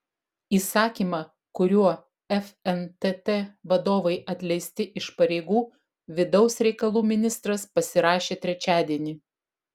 įsakymą kuriuo fntt vadovai atleisti iš pareigų vidaus reikalų ministras pasirašė trečiadienį